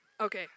Okay